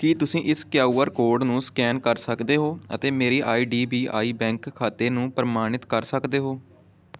ਕੀ ਤੁਸੀਂਂ ਇਸ Q R code ਨੂੰ ਸਕੈਨ ਕਰ ਸਕਦੇ ਹੋ ਅਤੇ ਮੇਰੀ I D B I bank ਖਾਤੇ ਨੂੰ ਪ੍ਰਮਾਣਿਤ ਕਰ ਸਕਦੇ ਹੋ